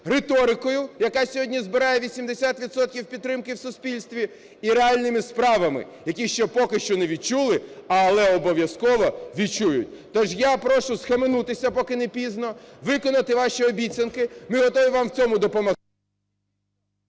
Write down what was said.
риторикою, яка сьогодні збирає 80 відсотків підтримки в суспільстві, і реальними справами, які ще поки що не відчули, але обов'язково відчують. То ж я прошу схаменутися, поки не пізно, виконати ваші обіцянки, ми готові вам в цьому допомогти…